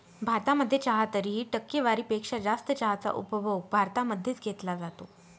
भारतामध्ये चहा तरीही, टक्केवारी पेक्षा जास्त चहाचा उपभोग भारतामध्ये च घेतला जातो